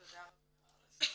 תודה רבה.